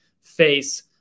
face